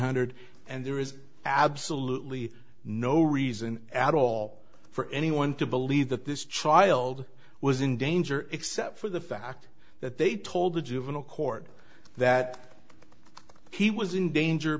hundred and there is absolutely no reason at all for anyone to believe that this child was in danger except for the fact that they told the juvenile court that he was in danger